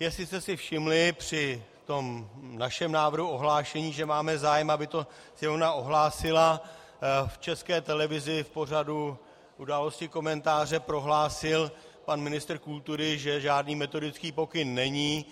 Jestli jste si všimli při našem návrhu ohlášení, že máme zájem, aby to Sněmovna ohlásila v České televizi v pořadu Události, komentář, prohlásil pan ministr kultury, že žádný metodický pokyn není.